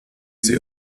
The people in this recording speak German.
sie